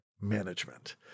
management